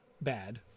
bad